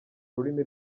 rurimi